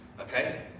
Okay